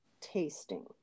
tasting